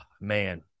man